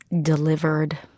delivered